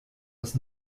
das